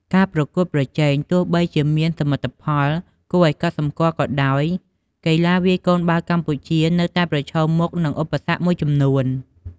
ការប្រកួតប្រជែង ទោះបីជាមានសមិទ្ធផលគួរឱ្យកត់សម្គាល់ក៏ដោយ កីឡាវាយកូនបាល់កម្ពុជានៅតែប្រឈមមុខនឹងឧបសគ្គមួយចំនួន។